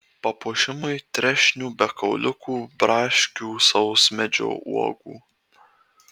papuošimui trešnių be kauliukų braškių sausmedžio uogų